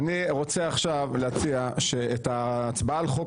אני רוצה עכשיו להציע שאת ההצבעה על חוק